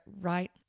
right